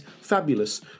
Fabulous